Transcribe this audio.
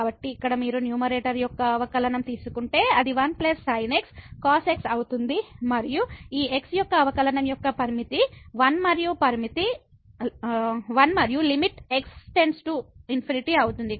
కాబట్టి ఇక్కడ మీరు న్యూమరేటర్ యొక్క అవకలనం తీసుకుంటే అది 1sin x cos x అవుతుంది మరియు ఈ x యొక్క అవకలనం యొక్క లిమిట్ 1 మరియు లిమిట్ x→∞ అవుతుంది